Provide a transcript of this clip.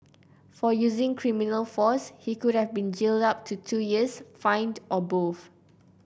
for using criminal force he could have been jailed up to two years fined or both